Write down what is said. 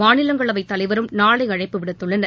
மாநிலங்களவைத்தலைவரும் நாளை அழைப்பு விடுத்துள்ளனர்